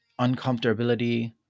uncomfortability